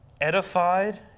edified